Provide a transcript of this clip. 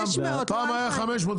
500. פעם היה 500,